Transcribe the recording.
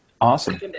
Awesome